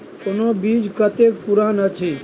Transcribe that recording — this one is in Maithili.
कोनो बीज कतेक पुरान अछि?